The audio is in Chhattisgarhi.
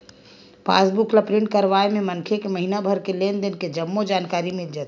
पास बुक ल प्रिंट करवाय ले मनखे के महिना भर के लेन देन के जम्मो जानकारी मिल जाथे